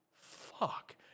fuck